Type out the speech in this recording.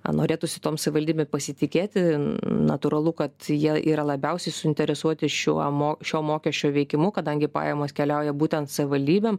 norėtųsi tom savivaldybėm pasitikėti natūralu kad jie yra labiausiai suinteresuoti šiuo mo šio mokesčio veikimu kadangi pajamos keliauja būtent savivaldybėm